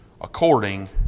according